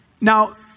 Now